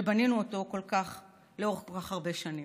שבנינו אותו לאורך כל כך הרבה שנים.